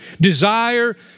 desire